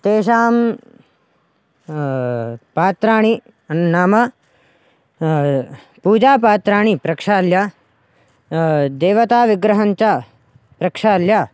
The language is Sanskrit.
तेषां पात्राणि नाम पूजापात्राणि प्रक्षाल्य देवताविग्रहं च प्रक्षाल्य